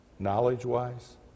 knowledge-wise